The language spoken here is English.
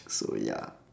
so ya